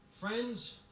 friends